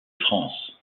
france